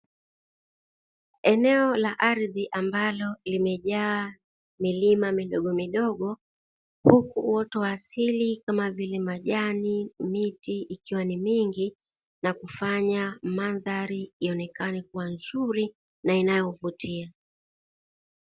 Eneo la ardhi ambalo limejaa milima midogomidogo, huku uoto wa asili kama vile: majani, miti; ikiwa ni mingi na kufanya mandhari ionekane kuwa nzuri na inayovutia.